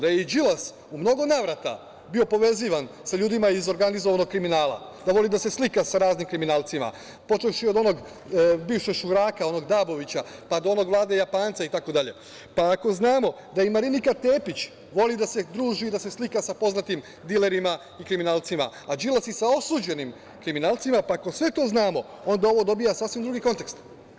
Ako znamo da je i Đilas u mnogo navrata bio povezivan sa ljudima iz organizovanog kriminala, da voli da se slika sa raznim kriminalcima, počevši od onog bivšeg šuraka, onog Dabovića, pa do onog Vlade Japanca itd, pa ako znamo da i Marinika Tepić voli da se druži i da se slika sa poznatim dilerima i kriminalcima, a Đilas i sa osuđenim kriminalcima, pa ako sve to znamo, onda ovo dobija sasvim drugi kontekst.